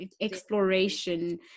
exploration